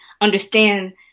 understand